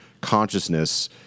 consciousness